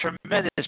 tremendous